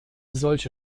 solche